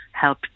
help